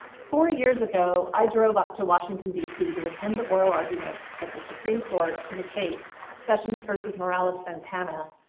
four years ago, i drove up to washington dc to attend the oral argument at the supreme court in a case sessions versus morales-santana,